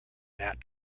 nat